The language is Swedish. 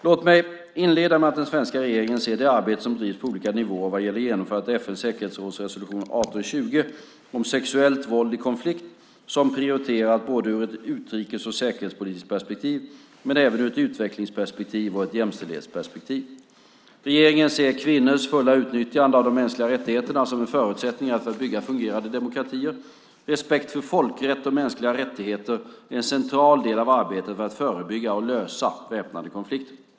Låt mig inleda med att den svenska regeringen ser det arbete som bedrivs på olika nivåer vad gäller genomförande av FN:s säkerhetsrådsresolution 1820 om sexuellt våld i konflikt som prioriterat både ur ett utrikes och säkerhetspolitiskt perspektiv och ur ett utvecklingsperspektiv och ett jämställdhetsperspektiv. Regeringen ser kvinnors fulla åtnjutande av de mänskliga rättigheterna som en förutsättning för att bygga fungerande demokratier. Respekt för folkrätt och mänskliga rättigheter är en central del av arbetet för att förebygga och lösa väpnade konflikter.